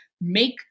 make